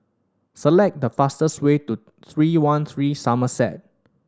select the fastest way to Three One Three Somerset